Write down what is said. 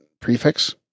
prefix